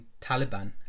Taliban